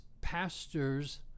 pastors